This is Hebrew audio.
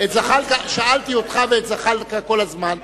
שאלתי אותך ואת זחאלקה כל הזמן.